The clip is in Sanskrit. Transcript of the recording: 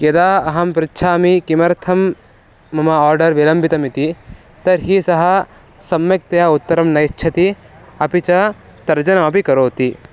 यदा अहं पृच्छामि किमर्थं मम आर्डर् विलम्बितम् इति तर्हि सः सम्यक्तया उत्तरं न यच्छति अपि च तर्जनमपि करोति